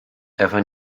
ewa